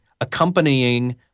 accompanying